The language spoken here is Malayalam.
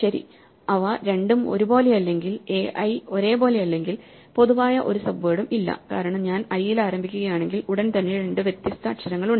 ശരി അവ രണ്ടും ഒരേപോലെയല്ലെങ്കിൽ ai ഒരേപോലെ അല്ലെങ്കിൽ പൊതുവായ ഒരു സബ്വേഡും ഇല്ല കാരണം ഞാൻ i ൽ ആരംഭിക്കുകയാണെങ്കിൽ ഉടൻ തന്നെ രണ്ട് വ്യത്യസ്ത അക്ഷരങ്ങളുണ്ട്